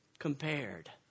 compared